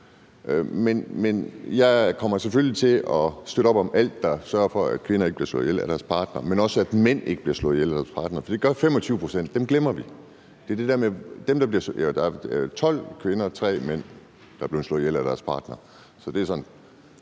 Jeg kommer selvfølgelig til at støtte op om alt, der sørger for, at kvinder ikke bliver slået ihjel af deres partner, men også, at mænd ikke bliver slået ihjel af deres partner, fordi det gør 25 pct. Dem glemmer vi. Der er 12 kvinder og 3 mænd, der er blevet slået ihjel af deres partner.